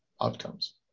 outcomes